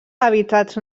hàbitats